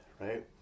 right